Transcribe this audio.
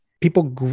people